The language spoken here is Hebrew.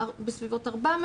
בסביבות 400,